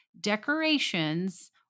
decorations